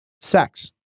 sex